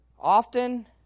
Often